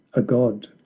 a god!